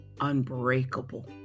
unbreakable